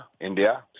India